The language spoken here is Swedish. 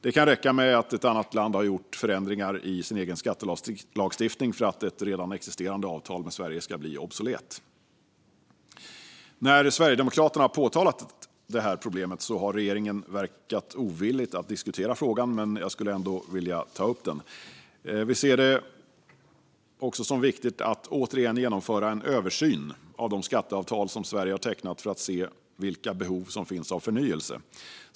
Det kan räcka med att ett annat land har gjort förändringar i sin egen skattelagstiftning för att ett redan existerande avtal med Sverige ska bli obsolet. När Sverigedemokraterna har påtalat problemet har regeringen verkat ovillig att diskutera frågan, men jag skulle ändå vilja ta upp den. Vi ser det också som viktigt att återigen genomföra en översyn av de skatteavtal som Sverige har tecknat för att se vilka behov som finns av förnyelse.